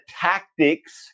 tactics